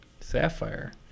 sapphire